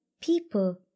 people